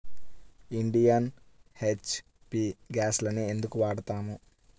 Indian, HP గ్యాస్లనే ఎందుకు వాడతాము?